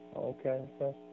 Okay